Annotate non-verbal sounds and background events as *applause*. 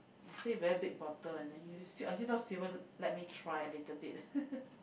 you say very big bottle and then you still until now still haven't let me try a little bit *laughs*